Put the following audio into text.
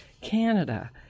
Canada